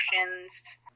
emotions